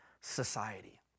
society